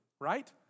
right